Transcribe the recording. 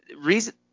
reason